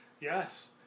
Yes